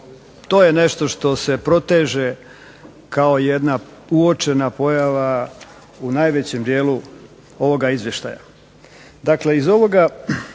To je nešto što se proteže kao jedna uočena pojava u najvećem dijelu ovoga izvještaja. Dakle iz ovoga